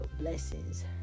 blessings